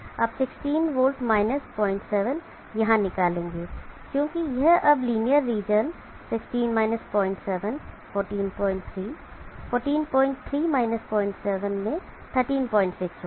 अब 16 वोल्ट 07 यहाँ निकालेंगे क्योंकि यह अब लिनियर रीजन 16 - 07 143 143 - 07 में 136 होगा